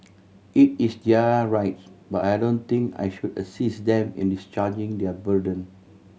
it is their right but I don't think I should assist them in discharging their burden